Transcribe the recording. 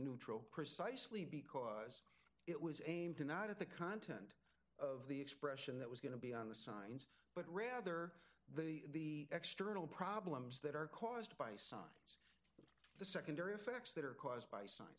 neutral precisely because it was aimed not at the content of the expression that was going to be on the signs but rather the external problems that are caused by sun the secondary effects that are caused by